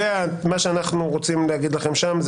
אנחנו רוצים להגיד לכם שם,